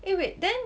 eh wait then